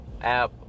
app